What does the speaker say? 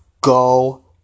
Go